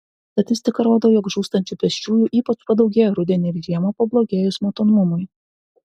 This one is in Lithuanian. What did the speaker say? statistika rodo jog žūstančių pėsčiųjų ypač padaugėja rudenį ir žiemą pablogėjus matomumui